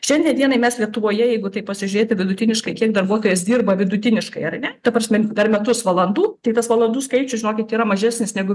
šiandien dienai mes lietuvoje jeigu taip pasižiūrėti vidutiniškai kiek darbuotojas dirba vidutiniškai ar ne ta prasme dar metus valandų tai tas valandų skaičius žinokit yra mažesnis negu